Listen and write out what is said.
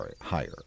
higher